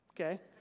okay